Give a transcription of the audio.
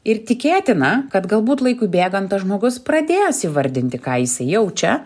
ir tikėtina kad galbūt laikui bėgant tas žmogus pradėjęs įvardinti ką jis jaučia